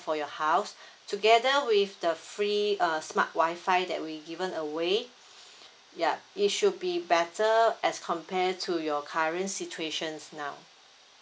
for your house together with the free err smart Wi-Fi that we given away ya it should be better as compared to your current situation now